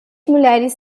mulheres